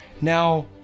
Now